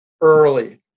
early